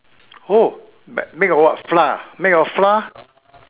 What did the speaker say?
oh make of what flour ah make of flour